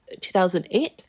2008